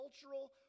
cultural